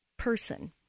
person